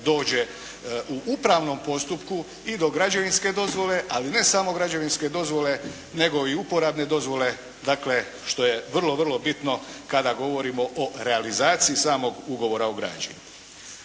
dođe u upravnom postupku i do građevinske dozvole, ali ne samo građevinske dozvole nego i uporabne dozvole što je vrlo, vrlo bitno kada govorimo o realizaciji samog ugovora o građenju.